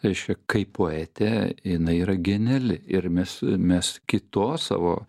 reiškia kaip poetė jinai yra geniali ir mes mes kitos savo